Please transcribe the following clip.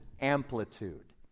amplitude